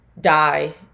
die